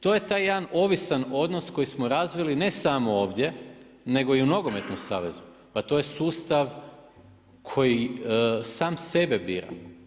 To je taj jedan ovisan odnos koji smo razvili ne samo ovdje nego i u Nogometnom savezu, pa to je sustav koji sam sebe bira.